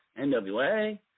NWA